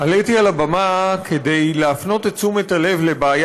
לבמה כדי להפנות את תשומת הלב לבעיה